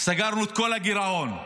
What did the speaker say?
סגרנו את כל הגירעון,